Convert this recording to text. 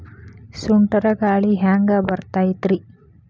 ಸುಂಟರ್ ಗಾಳಿ ಹ್ಯಾಂಗ್ ಬರ್ತೈತ್ರಿ?